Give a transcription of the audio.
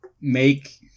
make